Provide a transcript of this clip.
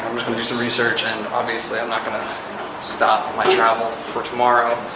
gonna do some research and, obviously, i'm not gonna stop my travel for tomorrow,